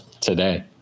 today